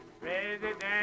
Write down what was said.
President